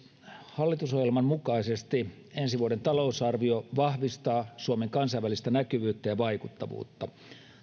hallitusohjelman mukaisesti ensi vuoden talousarvio vahvistaa suomen kansainvälistä näkyvyyttä ja vaikuttavuutta